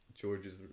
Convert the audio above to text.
George's